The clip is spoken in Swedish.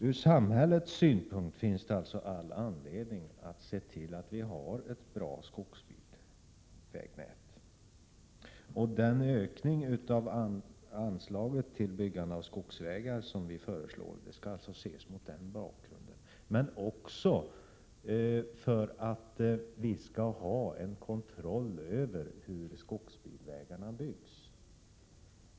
Från samhällssynpunkt finns det alltså all andledning att se till att vi har ett bra skogsvägnät. Den ökning av anslaget till byggande av skogsvägar som vi föreslår skall ses mot denna bakgrund. Ökningen är också viktig för att vi skall kunna ha en kontroll över hur skogsbilvägarna byggs.